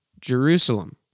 Jerusalem